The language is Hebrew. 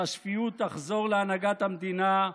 שהשפיות תחזור להנהגת המדינה,